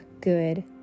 good